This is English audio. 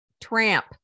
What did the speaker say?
Tramp